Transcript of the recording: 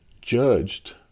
judged